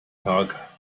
tag